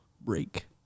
break